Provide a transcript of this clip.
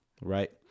Right